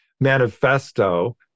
manifesto